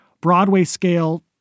Broadway-scale